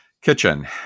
Kitchen